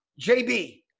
JB